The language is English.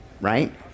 right